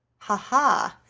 ha, ha!